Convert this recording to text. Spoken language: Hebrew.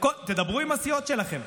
תדברו עם הסיעות שלכם.